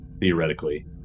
Theoretically